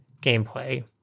gameplay